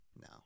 no